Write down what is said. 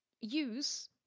use